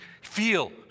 feel